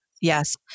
Yes